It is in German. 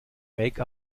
make